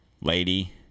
Lady